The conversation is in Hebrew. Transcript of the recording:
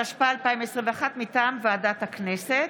התשפ"א 2021, מטעם ועדת הכנסת.